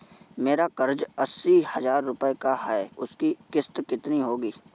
मेरा कर्ज अस्सी हज़ार रुपये का है उसकी किश्त कितनी होगी?